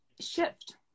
shift